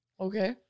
okay